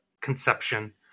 conception